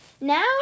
now